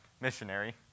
missionary